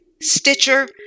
stitcher